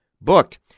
Booked